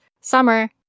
Summer